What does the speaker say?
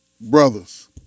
brothers